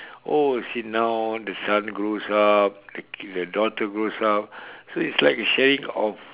oh see now the son grows up the daughter grows up so it's like a sharing of